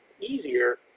easier